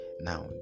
now